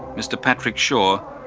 mr patrick shaw,